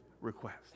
request